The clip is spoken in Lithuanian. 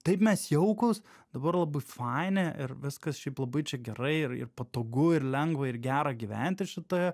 taip mes jaukūs dabar labai faini ir viskas šiaip labai čia gerai ir ir patogu ir lengva ir gera gyventi šitoje